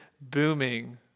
booming